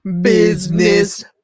Business